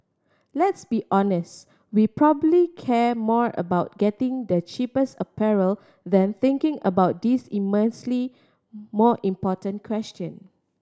let's be honest we probably care more about getting the cheapest apparel than thinking about these immensely more important question